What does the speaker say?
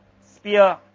spear